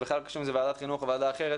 זה בכלל לא קשור אם זו ועדת חינוך או ועדה אחרת,